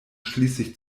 schließlich